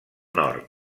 nord